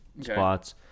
spots